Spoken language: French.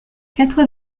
quatre